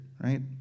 right